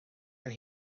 and